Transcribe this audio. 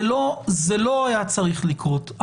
זה לא היה צריך לקרות.